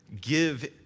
give